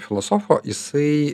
filosofo jisai